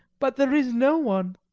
but there is no one.